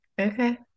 Okay